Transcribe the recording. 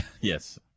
Yes